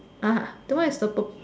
ah that one is the pur~